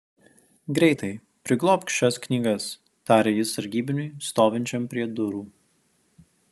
greitai priglobk šias knygas tarė jis sargybiniui stovinčiam prie durų